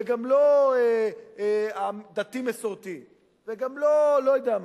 וגם לא דתי-מסורתי, וגם לא אני לא יודע מה.